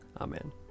Amen